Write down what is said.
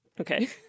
Okay